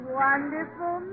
wonderful